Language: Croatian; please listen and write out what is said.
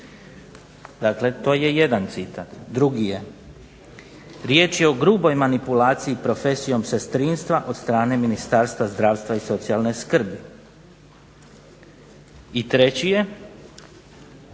Dakle, to je jedan citat. Drugi je, riječ je o gruboj manipulaciji profesijom sestrinstva od strane Ministarstva zdravstva i socijalne skrbi. I treći je,